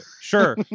Sure